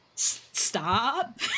stop